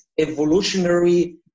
evolutionary